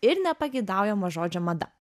ir nepageidaujamo žodžio mada